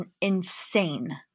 insane